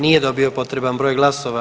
Nije dobio potreban broj glasova.